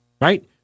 right